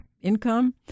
income